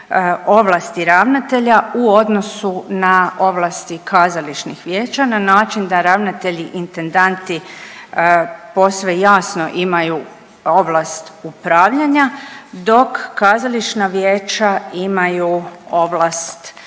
ovlasti ravnatelja u odnosu na ovlasti kazališnih vijeća na način da ravnatelji intendanti posve jasno imaju ovlast upravljanja dok kazališna vijeća imaju ovlast nadzirati